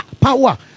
Power